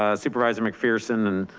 ah supervisor mcpherson.